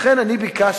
לכן אני ביקשתי